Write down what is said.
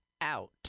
out